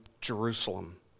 Jerusalem